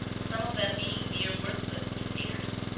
some of them being mere worthless imitators.